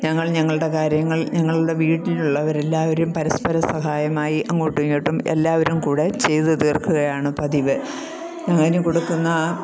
ഞങ്ങൾ ഞങ്ങളുടെ കാര്യങ്ങൾ ഞങ്ങളുടെ വീട്ടിലുള്ളവരെല്ലാവരും പരസ്പരം സഹായമായി അങ്ങോട്ടും ഇങ്ങോട്ടും എല്ലാവരും കൂടെ ചെയ്തു തീർക്കുകയാണ് പതിവ് അതിന് കൊടുക്കുന്ന